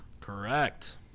Correct